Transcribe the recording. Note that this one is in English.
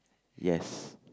yes